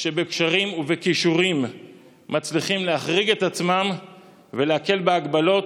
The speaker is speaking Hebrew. שבקשרים ובכישורים מצליחים להחריג את עצמם ולהקל בהגבלות,